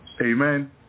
Amen